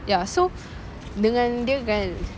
ya so dengan dia kan